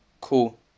cool